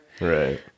Right